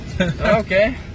Okay